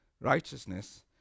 righteousness